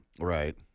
Right